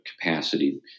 capacity